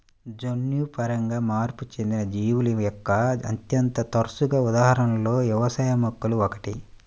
జన్యుపరంగా మార్పు చెందిన జీవుల యొక్క అత్యంత తరచుగా ఉదాహరణలలో వ్యవసాయ మొక్కలు ఒకటి